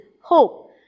hope